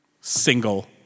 single